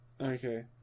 Okay